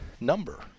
number